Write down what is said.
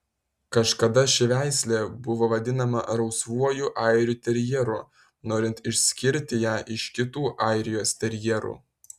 kažkada ši veislė buvo vadinama rausvuoju airių terjeru norint išskirti ją iš kitų airijos terjerų